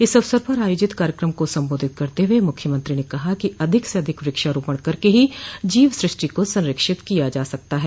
इस अवसर पर आयोजित कार्यक्रम को सम्बोधित करते हुए मुख्यमंत्री ने कहा कि अधिक से अधिक वृक्षारोपण करके ही जीवसृष्टि को संरक्षित किया जा सकता है